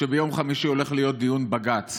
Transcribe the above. שביום חמישי הולך להיות דיון בג"ץ